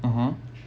(uh huh)